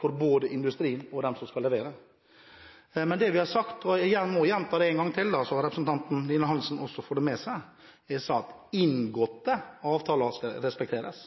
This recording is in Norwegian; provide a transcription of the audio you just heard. for både industrien og dem som skal levere. Det vi har sagt – jeg får gjenta det, så representanten Lillian Hansen får det med seg – er at inngåtte avtaler skal respekteres.